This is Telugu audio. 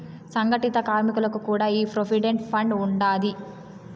సంగటిత కార్మికులకి కూడా ఈ ప్రోవిడెంట్ ఫండ్ ఉండాది